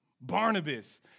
Barnabas